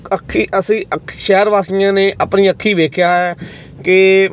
ਅੱਖੀਂ ਅਸੀਂ ਅੱਖੀਂ ਸ਼ਹਿਰ ਵਾਸੀਆਂ ਨੇ ਆਪਣੀ ਅੱਖੀਂ ਵੇਖਿਆ ਹੈ ਕਿ